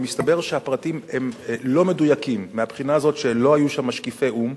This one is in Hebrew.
ומסתבר שהפרטים לא מדויקים מהבחינה הזאת שלא היו שם משקיפי או"ם.